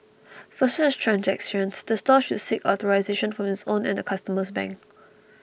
for such transactions the store should seek authorisation from its own and the customer's bank